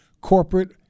corporate